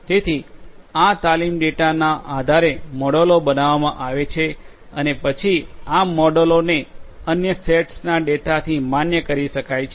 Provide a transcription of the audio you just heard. તેથી આ તાલીમ ડેટાના આધારે મોડેલો બનાવવામાં આવે છે અને પછી આ મોડેલોને અન્ય સેટ્સ ના ડેટાથી માન્ય કરી શકાય છે